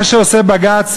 מה שעושה בג"ץ,